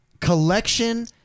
collection